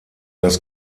das